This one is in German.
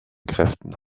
kräften